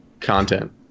content